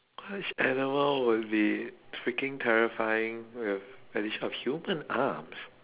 which animal would be freaking terrifying with addition of human arms